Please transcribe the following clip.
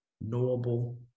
knowable